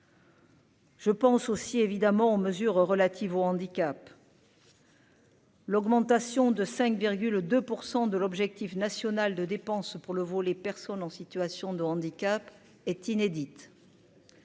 Je pense aussi évidemment aux mesures relatives au handicap. L'augmentation de 5,2 pour 100 de l'objectif national de dépenses pour le veau, les personnes en situation de handicap est inédite.